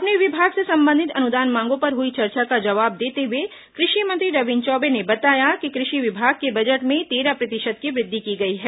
अपने विभाग से संबंधित अनुदान मांगों पर हुई चर्चा का जवाब देते हुए कृषि मंत्री रविन्द्र चौबे ने बताया कि कृषि विभाग के बजट में तेरह प्रतिशत की वृद्धि की गई है